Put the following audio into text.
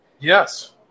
yes